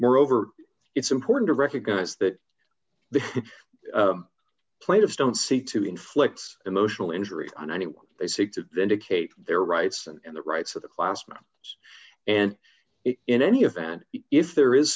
moreover it's important to recognize that the plaintiffs don't seek to inflict emotional injury on anyone they seek to vindicate their rights and the rights of the classmate and in any event if there is